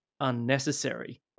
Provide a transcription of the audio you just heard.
unnecessary